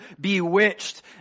bewitched